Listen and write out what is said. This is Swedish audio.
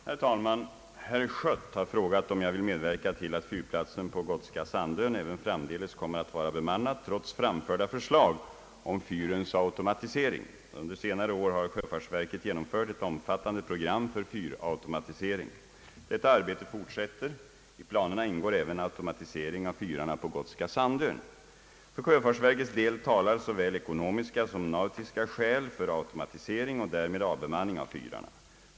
Herr talman! Herr Schött har frågat om jag vill medverka till att fyrplatsen på Gotska Sandön även framdeles kommer att vara bemannad trots framförda förslag om fyrens automatisering. Under senare år har sjöfartsverket genomfört ett omfattande program för fyrautomatisering. Detta arbete fortsätter. I planerna ingår även automatisering av fyrarna på Gotska Sandön. För sjöfartsverkets del talar såväl ekonomiska som nautiska skäl för automatisering och därmed avbemanning av fyrarna.